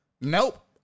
Nope